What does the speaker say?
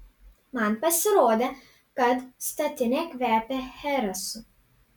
man pasirodė kad statinė kvepia cheresu